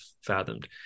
fathomed